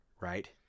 right